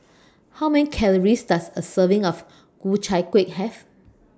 How Many Calories Does A Serving of Ku Chai Kuih Have